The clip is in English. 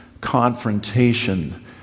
confrontation